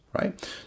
right